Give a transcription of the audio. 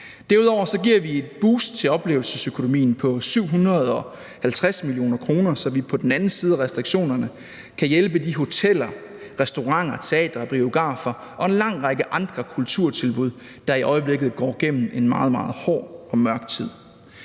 Derudover giver vi et boost til oplevelsesøkonomien på 750 mio. kr., så vi på den anden side af restriktionerne kan hjælpe de hoteller, restauranter, teatre, biografer og en lang række andre kulturtilbud, der i øjeblikket går gennem en meget, meget hård og mørk tid.